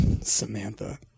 Samantha